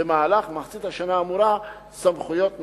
במהלך מחצית השנה האמורה, סמכויות נוספות.